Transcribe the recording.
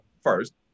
first